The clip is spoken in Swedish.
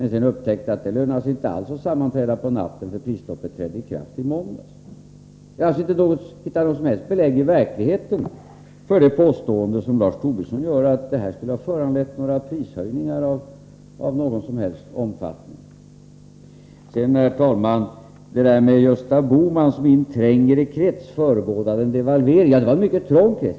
Det upptäcktes då att det inte alls lönade sig att sammanträda på natten, för prisstoppet trädde i kraft i måndags. Det går alltså inte att hitta något som helst belägg i verkligheten för det påstående som Lars Tobisson gör om att detta skulle ha föranlett prishöjningar av någon omfattning. Till talet om att Gösta Bohman i en trängre krets förebådade en devalvering vill jag säga att det var en mycket trång krets.